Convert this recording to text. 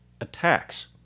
attacks